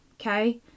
Okay